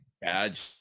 badge